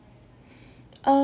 err